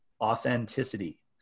authenticity